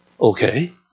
Okay